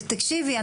תקשיבי,